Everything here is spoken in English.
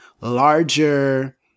larger